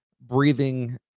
breathing